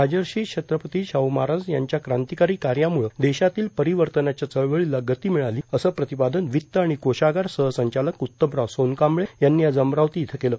राजर्षी छत्रपती शाह महाराज यांच्या क्रांतिकारी कार्याम्ळे देशातील परिवर्तनाच्या चळवळीला गती मिळाली असे प्रतिपादन वित आणि कोषागार सहसंचालक उत्तमराव सोनकांबळे यांनी आज अमरावती इथं केले